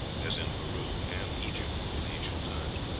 as in peru and egypt in ancient times,